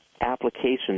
applications